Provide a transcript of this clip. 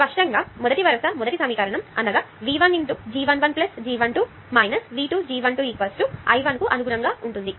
స్పష్టంగా మొదటి వరుస మొదటి సమీకరణం అనగా V1G11G12 V2G12I1కు అనుగుణంగా ఉంటుంది